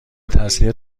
تسریع